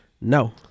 no